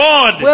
God